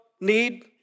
need